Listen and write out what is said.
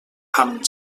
amb